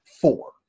four